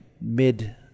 mid